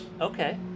Okay